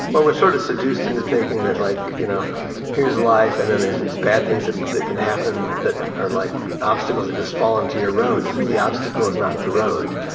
we're sort of seduced into thinking that, like, you know here's life and then there's these bad things ah that can happen that are like obstacles that just fall into your road, as if the obstacle is not the road.